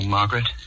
Margaret